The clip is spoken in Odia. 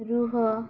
ରୁହ